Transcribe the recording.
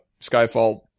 Skyfall